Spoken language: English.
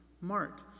Mark